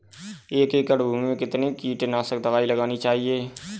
एक एकड़ भूमि में कितनी कीटनाशक दबाई लगानी चाहिए?